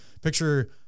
picture